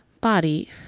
body